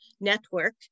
Network